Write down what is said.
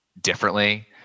differently